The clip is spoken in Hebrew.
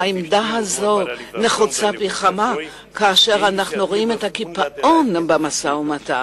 העמדה הזו נחוצה פי כמה כאשר אנחנו רואים את הקיפאון במשא-ומתן,